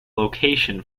location